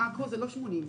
עכו זה לא 80 קילומטר.